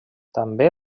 també